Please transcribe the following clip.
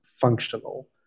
functional